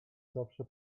zawsze